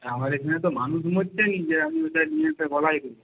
আমার এখানে তো মানুষ মরছে না যে আমি ওটা নিয়ে এসে গলায় দেবো